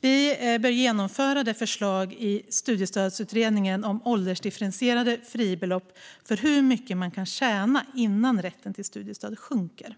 Vi bör genomföra förslaget i studiestödsutredningen om åldersdifferentierade fribelopp för hur mycket man kan tjäna innan rätten till studiestöd sjunker.